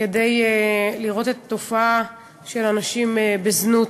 כדי לראות את התופעה של הנשים בזנות,